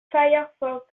firefox